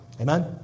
Amen